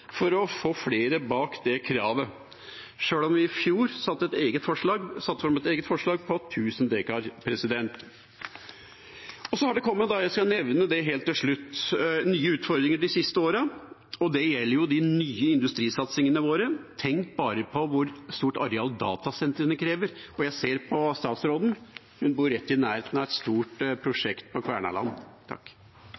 for å få flere bak det kravet, sjøl om vi i fjor satte fram et eget forslag om 1 000 dekar. Jeg skal helt til slutt nevne nye utfordringer som er kommet de siste årene, og det gjelder de nye industrisatsingene våre. Tenk bare på hvor stort areal datasentrene krever. Og jeg ser på statsråden, som bor rett i nærheten av et stort